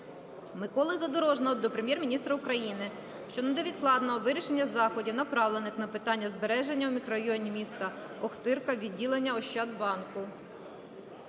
Миколи Задорожнього до Прем'єр-міністра України щодо невідкладного вирішення заходів, направлених на питання збереження у мікрорайоні міста Охтирка відділення "Ощадбанку".